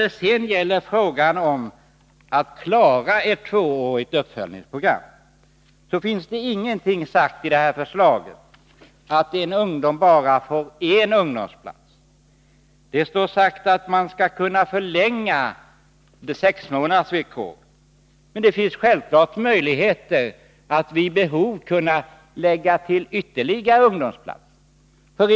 När det gäller frågan om att klara ett tvåårigt uppföljningsprogram vill jag framhålla att ingenting är sagt i detta förslag om att en ungdom får bara en ungdomplats. Det står att man kan förlänga de sex månaderna. Självklart finns det möjlighet att vid behov lägga till ytterligare ungdomplatser.